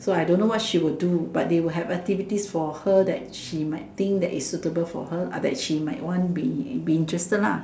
so I don't know what she will do but they will have activities for her that she might think that is suitable for her ah that she might want be be interested lah